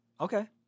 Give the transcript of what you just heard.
Okay